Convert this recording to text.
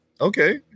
Okay